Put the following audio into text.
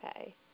Okay